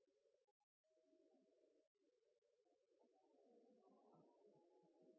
Arne